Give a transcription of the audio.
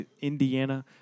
Indiana